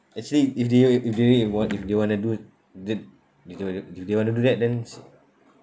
actually if they if they really want if they wanna do th~ if the~ if they want to do that then s~